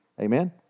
Amen